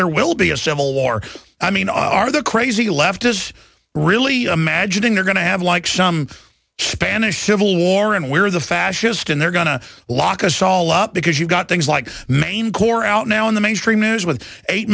there will be a civil war i mean are the crazy leftists really imagining they're going to have like some spanish civil war and we're the fascist and they're going to lock us all up because you've got things like main core out now in the mainstream news with eight